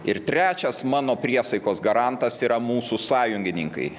ir trečias mano priesaikos garantas yra mūsų sąjungininkai